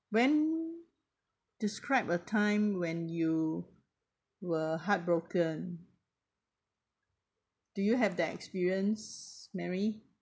when describe a time when you were heartbroken do you have that experience mary